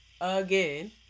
again